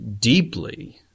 deeply